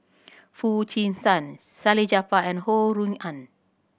Foo Chee San Salleh Japar and Ho Rui An